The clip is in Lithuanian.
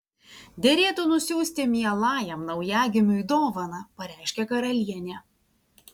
derėtų nusiųsti mielajam naujagimiui dovaną pareiškė karalienė